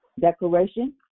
Declaration